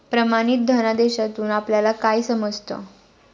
प्रमाणित धनादेशातून आपल्याला काय समजतं?